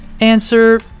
answer